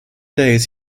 days